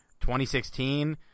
2016